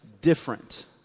different